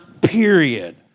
period